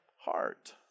heart